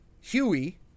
Huey